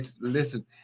listen